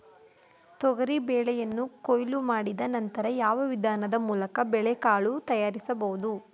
ತೊಗರಿ ಬೇಳೆಯನ್ನು ಕೊಯ್ಲು ಮಾಡಿದ ನಂತರ ಯಾವ ವಿಧಾನದ ಮೂಲಕ ಬೇಳೆಕಾಳು ತಯಾರಿಸಬಹುದು?